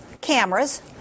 cameras